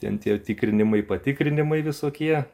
ten tie tikrinimai patikrinimai visokie